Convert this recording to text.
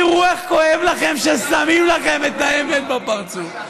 תראו איך כואב לכם כששמים לכם את האמת בפרצוף.